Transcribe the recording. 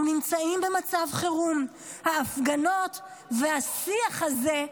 אנחנו נמצאים במצב חירום, ההפגנות והשיח הזה,